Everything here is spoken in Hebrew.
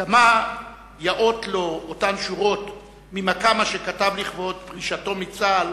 כמה יאות לו אותן שורות ממקאמה שכתב לכבוד פרישתו מצה"ל